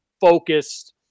focused